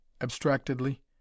abstractedly